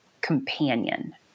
companion